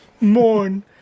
Morn